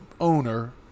owner